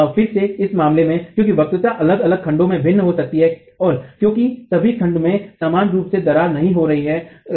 तो फिर से इस मामले में क्योंकि वक्रता अलग अलग खंडों में भिन्न हो सकती है क्योंकि सभी खंडों में समान रूप से दरार नहीं हो रही है